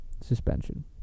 suspension